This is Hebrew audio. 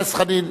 חבר הכנסת חנין.